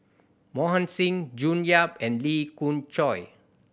Mohan Singh June Yap and Lee Khoon Choy